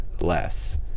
less